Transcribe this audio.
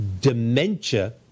dementia